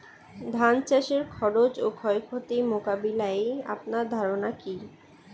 ধান চাষের খরচ ও ক্ষয়ক্ষতি মোকাবিলায় আপনার ধারণা কী?